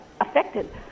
affected